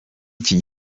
iki